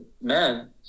man